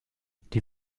die